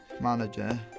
manager